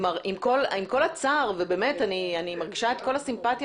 עם כל הצער, ואני מרגישה את כל הסימפטיה